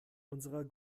unserer